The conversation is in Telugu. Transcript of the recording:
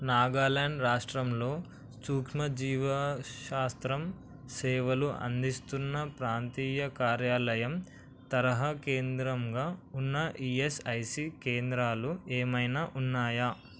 నాగాల్యాండ్ రాష్ట్రంలో సూక్ష్మజీవశాస్త్రం సేవలు అందిస్తున్న ప్రాంతీయ కార్యాలయం తరహా కేంద్రంగా ఉన్న ఈఎస్ఐసి కేంద్రాలు ఏమైనా ఉన్నాయా